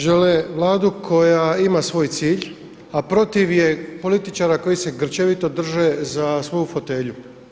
Žele Vladu koja ima svoj cilj a protiv je političara koji se grčevito drže za svoju fotelju.